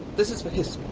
this is what